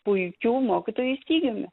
puikių mokytojų stygiumi